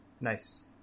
Nice